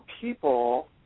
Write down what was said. people